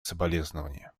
соболезнования